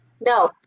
No